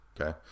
Okay